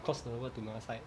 cross over to another side